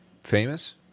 famous